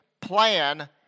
plan